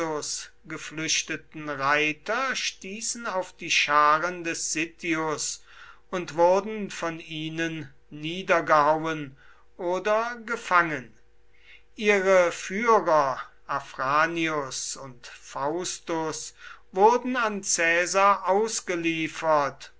geflüchteten reiter stießen auf die scharen des sittius und wurden von ihnen niedergehauen oder gefangen ihre führer afranius und faustus wurden an caesar ausgeliefert